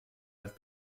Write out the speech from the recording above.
ein